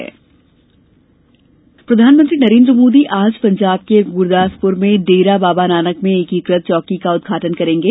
चौकी उदघाटन प्रधानमंत्री नरेन्द्र मोदी आज पंजाब के गुरदासपुर में डेरा बाबा नानक में एकीकृत चौकी का उद्घाटन करेंगे